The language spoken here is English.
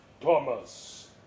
Thomas